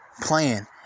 playing